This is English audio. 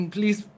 Please